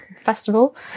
festival